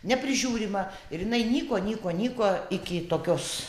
neprižiūrima ir jinai nyko nyko nyko iki tokios